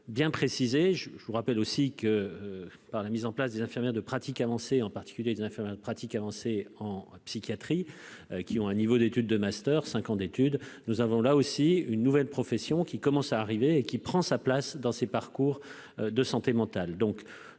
bien préciser, je vous rappelle aussi que, par la mise en place des infirmières de pratique avancée en particulier des infernal pratique avancée en psychiatrie, qui ont un niveau d'étude de master 5 ans d'études, nous avons là aussi une nouvelle profession qui commence à arriver et qui prend sa place dans ces parcours de santé mentale,